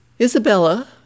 Isabella